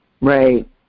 Right